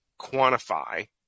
quantify